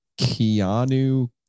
Keanu